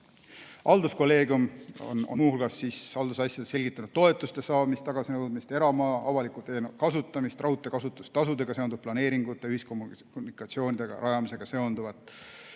Halduskolleegium on muu hulgas haldusasjades selgitanud toetuste saamise tagasinõudmist, eramaa avaliku teena kasutamist, raudteekasutustasudega seonduvat, planeeringute ja kommunikatsioonide rajamisega seonduvat